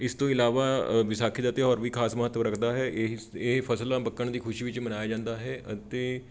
ਇਸ ਤੋਂ ਇਲਾਵਾ ਵਿਸਾਖੀ ਦਾ ਤਿਉਹਾਰ ਵੀ ਖ਼ਾਸ ਮਹੱਤਵ ਰੱਖਦਾ ਹੈ ਇਸ ਇਹ ਫ਼ਸਲਾਂ ਪੱਕਣ ਦੀ ਖੁਸ਼ੀ ਵਿੱਚ ਮਨਾਇਆ ਜਾਂਦਾ ਹੈ ਅਤੇ